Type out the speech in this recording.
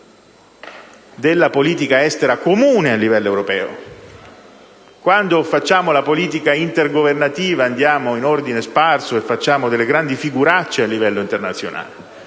della politica estera comune a livello europeo. Quando attuiamo la politica intergovernativa e andiamo in ordine sparso, facciamo grandi figuracce a livello internazionale,